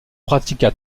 pratiqua